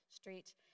Street